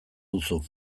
duzu